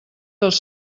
dels